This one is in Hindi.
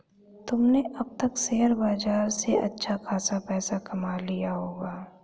तुमने अब तक शेयर बाजार से अच्छा खासा पैसा कमा लिया होगा